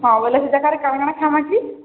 ହଁ ବୋଇଲେ ସେ ଯାକ କ'ଣ କ'ଣ ଖାଇମା ଅଛି